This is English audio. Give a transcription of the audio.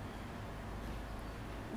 is [one]